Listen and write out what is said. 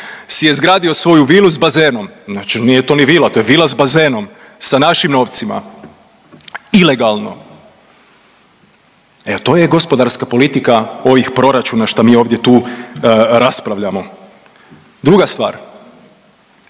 si je izgradio svoju vilu s bazenom. Znači nije to ni vila, to je vila s bazenom sa našim novcima. Ilegalno. Evo, to je gospodarska politika ovih proračuna što mi ovdje tu raspravljamo. Druga stvar.